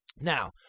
Now